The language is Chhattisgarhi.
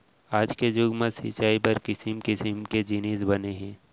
आज के जुग म सिंचई बर किसम किसम के जिनिस बने हे